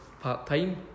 part-time